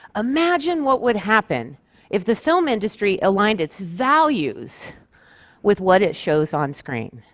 imagine what would happen if the film industry aligned its values with what it shows on-screen.